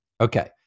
Okay